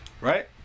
Right